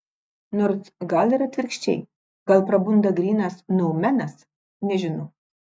nors gal ir atvirkščiai gal prabunda grynas noumenas nežinau